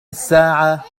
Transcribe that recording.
الساعة